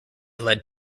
led